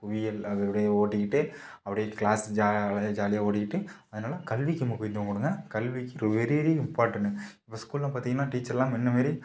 புவியியல் அதை அப்படியே ஓட்டிக்கிட்டு அப்படியே கிளாஸ் ஜா அப்படியே ஜாலியாக ஓடிக்கிட்டு அதனால கல்விக்கு முக்கியத்துவம் கொடுங்க கல்விக்கு வெரி வெரி இம்பார்ட்டண்ட் இப்போ ஸ்கூல்லாம் பார்த்திங்கன்னா டீச்சர்லாம் முன்ன மாதிரி